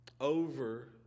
over